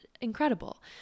incredible